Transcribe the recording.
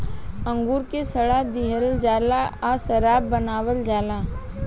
अंगूर के सड़ा दिहल जाला आ शराब बनावल जाला